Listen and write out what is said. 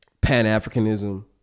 pan-Africanism